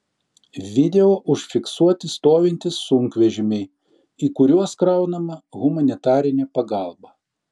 video užfiksuoti stovintys sunkvežimiai į kuriuos kraunama humanitarinė pagalba